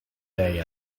day